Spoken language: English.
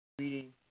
Reading